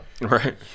Right